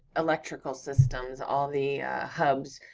electrical systems, all the hubs,